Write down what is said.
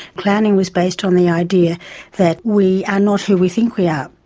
klowning was based on the idea that we are not who we think we are.